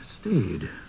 stayed